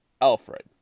Alfred